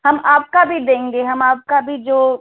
हम आपका भी देंगे हम आपका भी जो